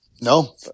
No